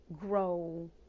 grow